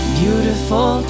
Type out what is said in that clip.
beautiful